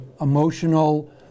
emotional